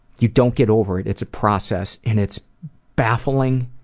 you don't get over it, it's a process. and it's baffling,